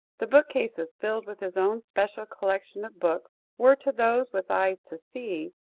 the bookcases filled with his own special collection of books, were, to those with eyes to see,